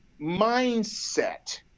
mindset